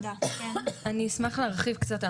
אני אשמח להרחיב קצת.